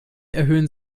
erhöhen